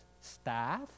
staff